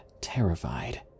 terrified